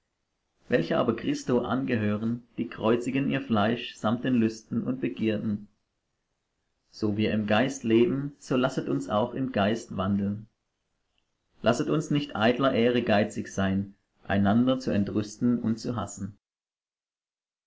welche aber christo angehören die kreuzigen ihr fleisch samt den lüsten und begierden so wir im geist leben so lasset uns auch im geist wandeln lasset uns nicht eitler ehre geizig sein einander zu entrüsten und zu hassen